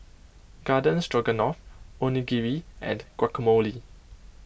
Garden Stroganoff Onigiri and Guacamole